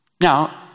Now